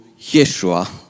Yeshua